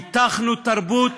פיתחנו תרבות,